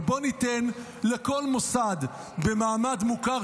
אבל בואו ניתן לכל מוסד בישראל במעמד מוכר